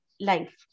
life